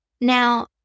Now